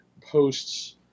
posts